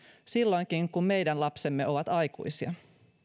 silloinkin kun meidän lapsemme ovat aikuisia